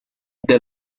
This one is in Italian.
the